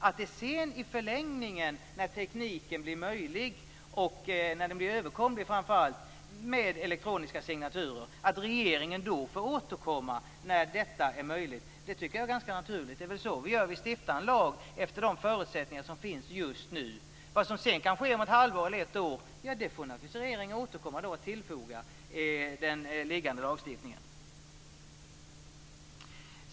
Att regeringen sedan får återkomma när tekniken med elektroniska signaturer blir möjlig och framför allt överkomlig tycker jag är ganska naturligt. Det är väl så vi gör? Vi stiftar en lag efter de förutsättningar som finns just nu. Om det sker saker om ett halvår eller ett år får regeringen naturligtvis återkomma och tillfoga det till den liggande lagstiftningen.